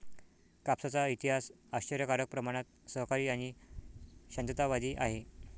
कापसाचा इतिहास आश्चर्यकारक प्रमाणात सहकारी आणि शांततावादी आहे